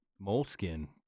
moleskin